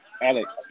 Alex